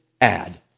add